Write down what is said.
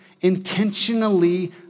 intentionally